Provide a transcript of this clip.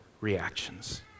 reactions